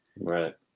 Right